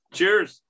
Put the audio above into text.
Cheers